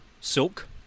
Silk